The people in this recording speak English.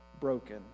broken